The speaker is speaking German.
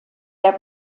der